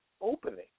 opening